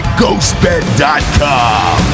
ghostbed.com